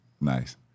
Nice